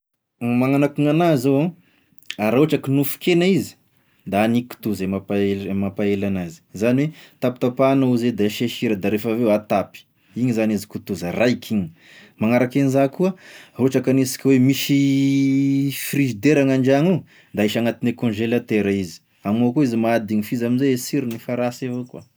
Magnano akoa gn'anahy zao an, raha ohatra ka nofon-kena izy, da ny kitoza i mampahela, mampahela an'azy, izany hoe tapitapahinao izy e da asia sira da rehefa aveo atapy, igny zany izy kotoza raiky iny, magnaraka an'iza koa, raha ohatra ka anisika hoe misy frizidera gn'andragno ao da ahisa agnatine conzelatera izy ame ao koa izy mahadiny, f'izy amizay e sirony efa rasy avao koa.